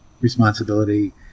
responsibility